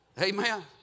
Amen